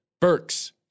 Burks